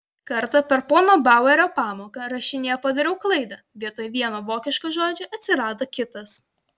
kartą per pono bauerio pamoką rašinyje padariau klaidą vietoj vieno vokiško žodžio atsirado kitas